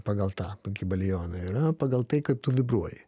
pagal tą tokį balioną yra pagal tai kaip tu vibruoji